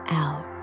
out